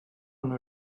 una